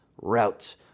route